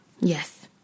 Yes